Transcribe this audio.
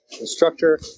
instructor